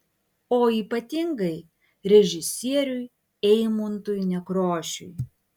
o ypatingai režisieriui eimuntui nekrošiui